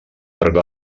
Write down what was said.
arribar